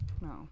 No